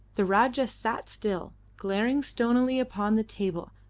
the rajah sat still, glaring stonily upon the table,